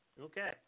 Okay